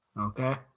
okay